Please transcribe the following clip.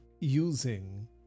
using